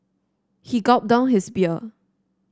he gulped down his beer